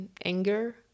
anger